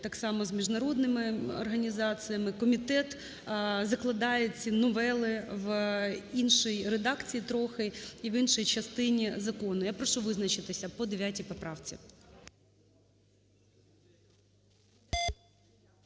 так само з міжнародними організаціями. Комітет закладає ці новели в іншій редакції трохи і в іншій частині закону. Я прошу визначитися по 9 поправці.